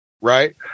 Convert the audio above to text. Right